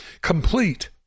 complete